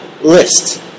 list